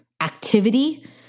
activity